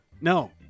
No